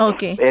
Okay